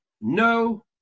no